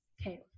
okay